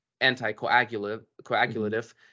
anti-coagulative